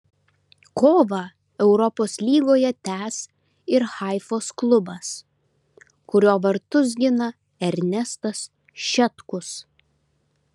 kovą europos lygoje tęs ir haifos klubas kurio vartus gina ernestas šetkus